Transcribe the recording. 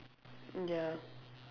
ya